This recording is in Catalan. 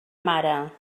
mare